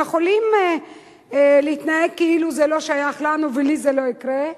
אנחנו יכולים להתנהג כאילו זה לא שייך לנו ו"לי זה לא יקרה",